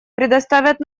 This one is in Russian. предоставят